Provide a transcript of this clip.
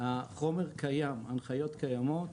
והחומר קיים, ההנחיות קיימות.